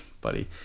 Buddy